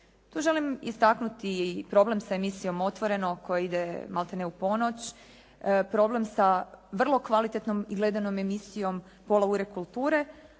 Tu želim istaknuti i problem sa emisijom Otvoreno koja ide maltene u ponoć, problem sa vrlo kvalitetnom i gledanom emisijom «Pola ure kulture»